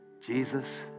Jesus